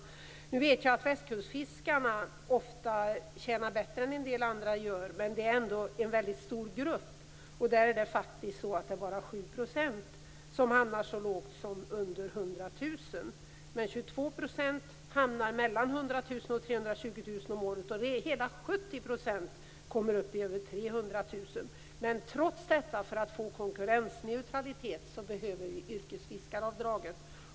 Jag vet att västkustfiskarna ofta tjänar bättre än en del andra och att det är en väldigt stor grupp. Bara 7 % hamnar så lågt som under 100 000. 22 % hamnar mellan 100 000 och 320 000 om året. Hela 70 % kommer upp i över Trots detta behöver vi för att få konkurrensneutralitet yrkesfiskaravdraget.